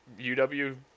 UW